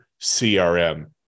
CRM